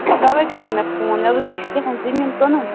تَوے کَرے مےٚ فون مےٚ دوٚپ تۄہہِ چھُو کہتام زمیٖن کٕنُن